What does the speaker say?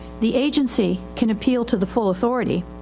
the agency can appeal to the full authority.